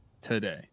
today